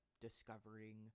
discovering